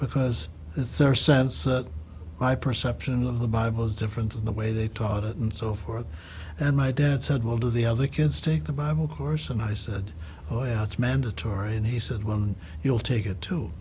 because it's their sense that my perception of the bible is different than the way they taught it and so forth and my dad said well do the other kids take the bible course and i said oh yeah it's mandatory and he said well you'll take it too